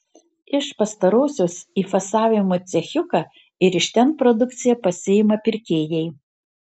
iš pastarosios į fasavimo cechiuką ir iš ten produkciją pasiima pirkėjai